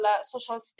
social